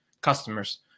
customers